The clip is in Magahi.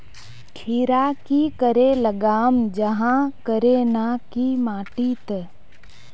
खीरा की करे लगाम जाहाँ करे ना की माटी त?